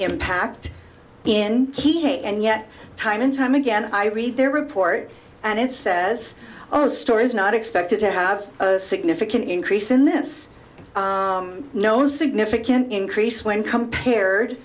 impact in ky and yet time and time again i read their report and it says our story is not expected to have a significant increase in this known significant increase when compared